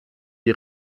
die